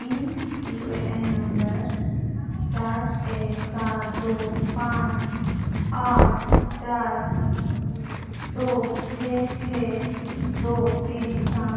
ᱤᱧ U A N number ᱥᱟᱛ ᱮᱠ ᱥᱟᱛ ᱫᱩ ᱯᱟᱸᱪ ᱟᱴ ᱪᱟᱨ ᱫᱩ ᱪᱷᱮᱭ ᱪᱷᱮᱭ ᱫᱩ ᱛᱤᱱ ᱥᱟᱶ